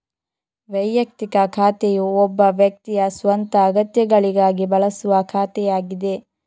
ವೈಯಕ್ತಿಕ ಖಾತೆಯು ಒಬ್ಬ ವ್ಯಕ್ತಿಯ ಸ್ವಂತ ಅಗತ್ಯಗಳಿಗಾಗಿ ಬಳಸುವ ಖಾತೆಯಾಗಿದೆ